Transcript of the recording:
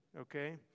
okay